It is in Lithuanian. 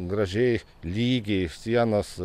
gražiai lygiai sienos